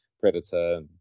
Predator